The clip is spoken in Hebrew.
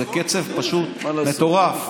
זה קצב פשוט מטורף.